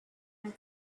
had